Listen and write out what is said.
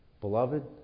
Beloved